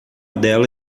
dela